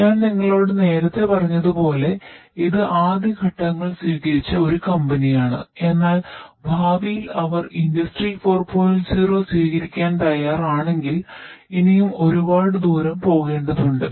ഞാൻ നിങ്ങളോട് നേരത്തെ പറഞ്ഞതുപോലെ ഇത് ആദ്യ ഘട്ടങ്ങൾ സ്വീകരിച്ച ഒരു കമ്പനിയാണ്സ്വീകരിക്കാൻ തയ്യാറാണെങ്കിൽ ഇനിയും ഒരുപാട് ദൂരം പോകേണ്ടതുണ്ട്